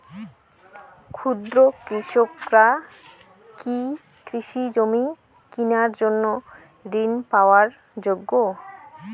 ক্ষুদ্র কৃষকরা কি কৃষিজমি কিনার জন্য ঋণ পাওয়ার যোগ্য?